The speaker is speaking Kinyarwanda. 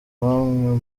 bamwe